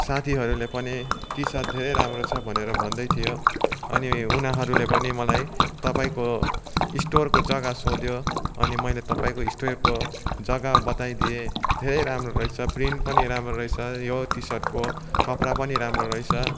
साथीहरूले पनि T shirt धेरै राम्रो छ भनेर भन्दै थियो अनि उनीहरूले पनि मलाई तपाईँको स्टोरको जग्गा सोध्यो अनि मैले तपाईँको स्टोरको जग्गा बताइदिएँ धेरै राम्रो रहेछ प्रिन्ट पनि राम्रो रहेछ यो टी सर्टको कपडा पनि राम्रो रहेछ